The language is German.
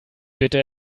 bitte